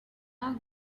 are